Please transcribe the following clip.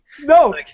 No